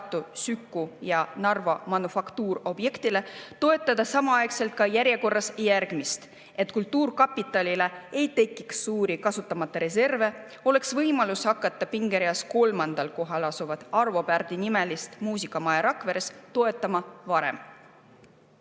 SüKu ja Narva Manufaktuur – toetada samaaegselt järjekorras järgmist. Et kultuurkapitalil ei tekiks suuri kasutamata reserve, oleks võimalus hakata pingereas kolmandal kohal asuvat Arvo Pärdi nimelist muusikamaja Rakveres toetama varem.